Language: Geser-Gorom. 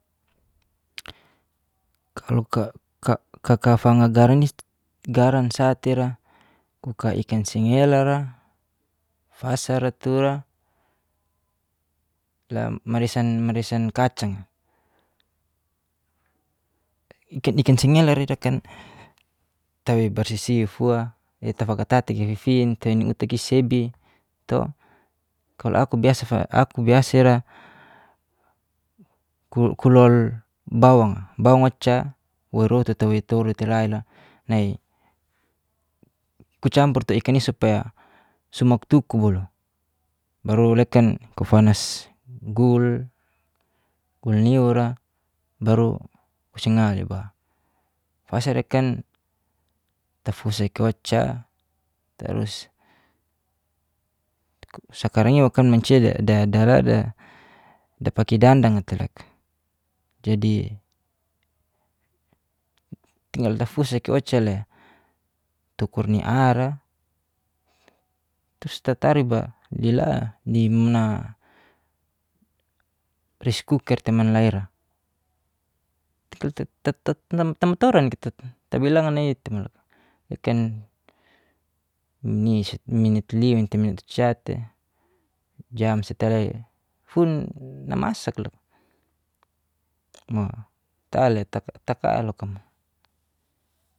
Kalo kaka fanga garan, garan sati'ra kuka ikan senghelara fasaratura la marisan marisan kacang'a. Ikan-ikan senghelara tawe barsisi fua etafagata'i giifin tai naiutaka sebi to. Kalo aku biasai'ra kulol bawang'a, uwairotu te tolu telaila nai kucampur te i'kan supaya sumoktukubolo baru lekan kufanas gulniura baru sengaleba, fasarekan tafusekoca tarus sakarang'i nikan mancia darada dapake dandang tai loka. Jadi, tinggal dafusaki ocale tukur niara trus tatriba lila nimna reskuker teman laira tamatoran tai tabilangana'i tai loka i'kan jam satela'i fun namasak loka ta'le takaloka mo.